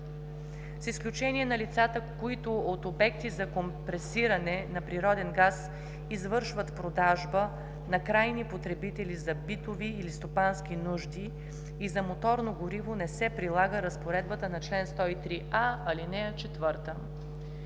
с изключение на лицата, които от обекти за компресиране на природен газ извършват продажба на крайни потребители за битови или стопански нужди и за моторно гориво, не се прилага разпоредбата на чл. 103а, ал. 4.“